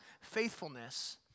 faithfulness